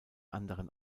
anderen